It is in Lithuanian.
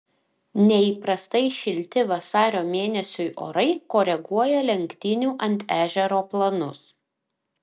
neįprastai šilti vasario mėnesiui orai koreguoja lenktynių ant ežero planus